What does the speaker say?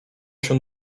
się